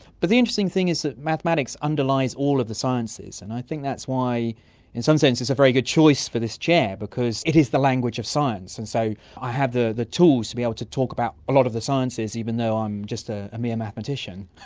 but the interesting thing is that mathematics underlies all of the sciences, and i think that's why in some sense it's a very good choice for this chair, because it is the language of science. and so i have the the tools to be able to talk about a lot of the sciences, even though i'm just ah a mere mathematician.